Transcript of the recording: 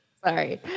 Sorry